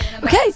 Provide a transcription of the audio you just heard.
Okay